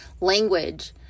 language